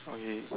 okay